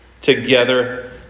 Together